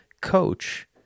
coach